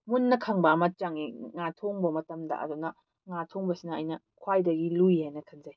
ꯃꯨꯟꯅ ꯈꯪꯕ ꯑꯃ ꯆꯪꯉꯤ ꯉꯥ ꯊꯣꯡꯕ ꯃꯇꯝꯗ ꯑꯗꯨꯅ ꯉꯥ ꯊꯣꯡꯕꯁꯤꯅ ꯑꯩꯅ ꯈ꯭ꯋꯥꯏꯗꯒꯤ ꯂꯨꯏ ꯍꯥꯏꯅ ꯈꯟꯖꯩ